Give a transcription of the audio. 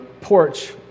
porch